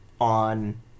on